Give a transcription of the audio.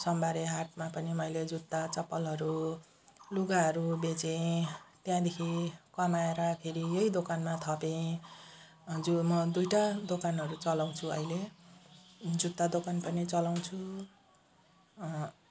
सोमबारे हाटमा पनि मैले जुत्ता चप्पलहरू लुगाहरू बेचेँ त्यहाँदेखि कमाएर फेरि यही दोकानमा थपेँ जुन म दुइवटा दोकानहरू चलाउँछु अहिले जुत्ता दोकान पनि चलाउँछु